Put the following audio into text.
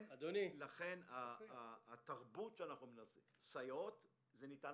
לכן התרבות שאנחנו מנסים לקבוע: סייעות זה ניתן